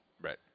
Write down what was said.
Right